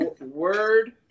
Word